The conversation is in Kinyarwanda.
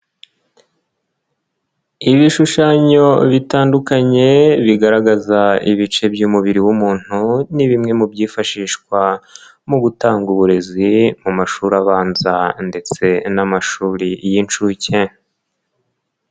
Ibishushanyo bitandukanye bigaragaza ibice by'umubiri w'umuntu, ni bimwe mu byifashishwa mu gutanga uburezi mu mashuri abanza ndetse n'amashuri y'inshuke.